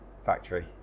factory